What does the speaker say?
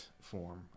form